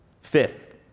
Fifth